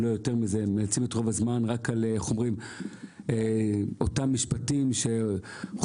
אם לא יותר לומר את אותם משפטים חוזרים